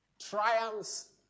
triumphs